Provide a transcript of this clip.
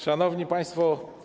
Szanowni Państwo!